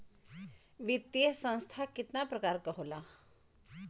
वित्तीय संस्था कितना प्रकार क होला?